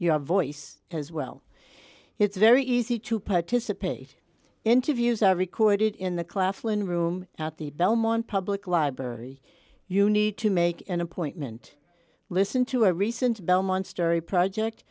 your voice as well it's very easy to participate interviews are recorded in the claflin room at the belmont public library you need to make an appointment listen to a recent belmont story project